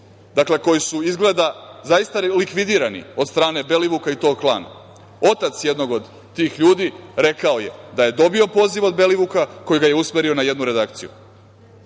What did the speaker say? dakle, koji su, izgleda, zaista likvidirani od strane Belivuka i tog klana. Otac jednog od tih ljudi rekao je da je dobio poziv od Belivuka koji ga je usmerio na jednu redakciju.